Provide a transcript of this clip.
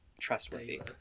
trustworthy